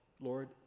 Lord